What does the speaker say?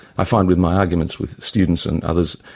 i find with my arguments with students and others,